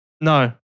No